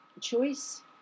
choice